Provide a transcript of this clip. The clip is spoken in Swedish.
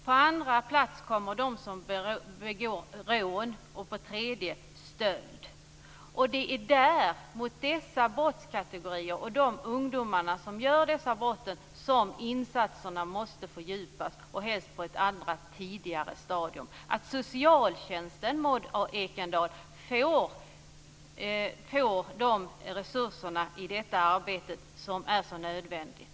På andra plats kommer de som begår rån, och på tredje plats de som begår stöld. Det är för de ungdomar som begår dessa brott som insatserna måste fördjupas, och då helst på ett tidigare stadium. Socialtjänsten, Maud Ekendahl, måste få de resurser som krävs för detta arbete, som är så nödvändigt.